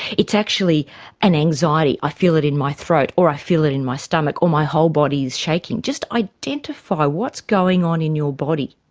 it's actually an anxiety, i feel it in my throat or i feel it in my stomach or my whole body is shaking. just identify what's going on in your body.